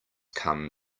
come